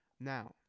Now